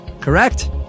Correct